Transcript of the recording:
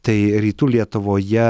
tai rytų lietuvoje